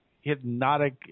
hypnotic